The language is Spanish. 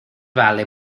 vale